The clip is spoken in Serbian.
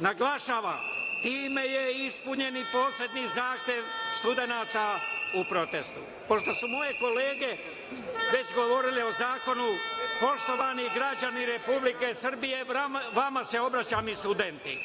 Naglašavam – time je ispunjen i poslednji zahtev studenata u protestu. Pošto su moje kolege već govorile o zakonu, poštovani građani Republike Srbije i studenti,